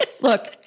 Look